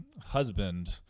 husband